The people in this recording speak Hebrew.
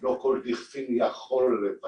לא כל דכפין יכול.